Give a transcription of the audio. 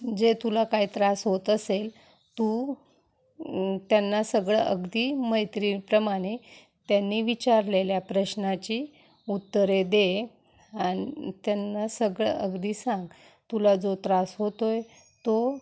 जे तुला काय त्रास होत असेल तू त्यांना सगळं अगदी मैत्रीप्रमाणे त्यांनी विचारलेल्या प्रश्नाची उत्तरे दे आणि त्यांना सगळं अगदी सांग तुला जो त्रास होतो आहे तो